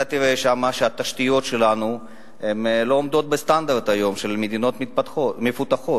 אתה תראה שם שהתשתיות שלנו לא עומדות בסטנדרט של מדינות מפותחות,